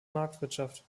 marktwirtschaft